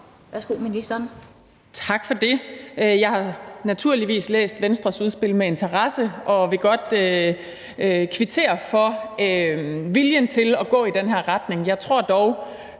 Halsboe-Jørgensen): Tak for det. Jeg har naturligvis læst Venstres udspil med interesse og vil godt kvittere for viljen til at gå i den her retning. Jeg har dog